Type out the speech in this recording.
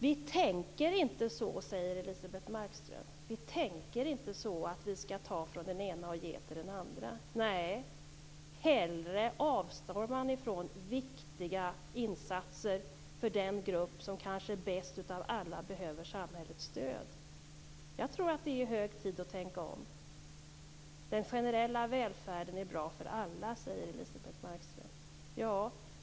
Vi tänker inte så, säger Elisebeht Markström. Vi tänker inte så att vi skall ta från den ena gruppen och ge till den andra. Nej, hellre avstår man från viktiga insatser för den grupp som kanske bäst av alla behöver samhällets stöd. Jag tror att det är hög tid att tänka om. Den generella välfärden är bra för alla, säger Elisebeht Markström.